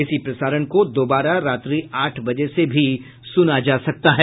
इसी प्रसारण को दोबारा रात्रि आठ बजे से भी सुना जा सकता है